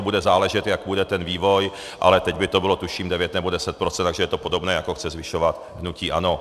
Bude záležet, jaký bude vývoj, ale teď by to bylo, tuším, 9 nebo 10 %, takže je to podobné, jak chce zvyšovat hnutí ANO.